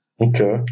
Okay